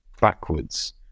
backwards